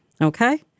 Okay